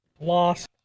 Lost